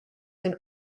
and